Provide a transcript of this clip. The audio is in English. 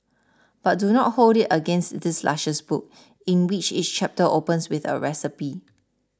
but do not hold it against this luscious book in which each chapter opens with a recipe